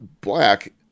black